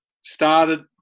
started